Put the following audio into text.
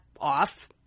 off